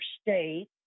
state